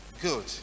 Good